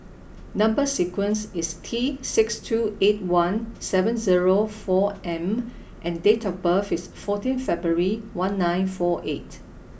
number sequence is T six two eight one seven zero four M and date of birth is fourteen February one nine four eight